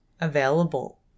available